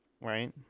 Right